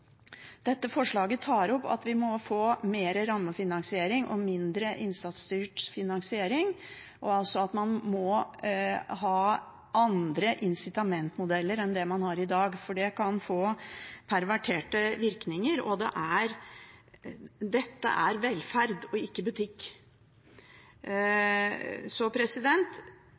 dette forslaget tar man opp at vi må få mer rammefinansiering og mindre innsatsstyrt finansiering, og at man må ha andre incitamentmodeller enn det man har i dag, for det kan få perverterte virkninger, og dette er velferd og ikke butikk.